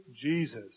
Jesus